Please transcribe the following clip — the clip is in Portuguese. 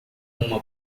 uma